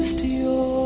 to